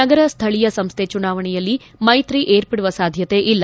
ನಗರ ಸ್ಥಳೀಯ ಸಂಸ್ಥೆ ಚುನಾವಣೆಯಲ್ಲಿ ಮೈತ್ರಿ ಏರ್ಪಡುವ ಸಾಧ್ಯತೆ ಇಲ್ಲ